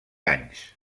anys